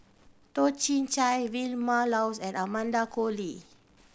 Toh Chin Chye Vilma Laus and Amanda Koe Lee